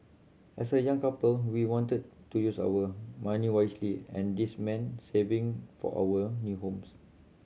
as a young couple we wanted to use our money wisely and this meant saving for our new homes